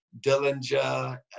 Dillinger